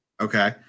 Okay